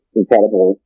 incredible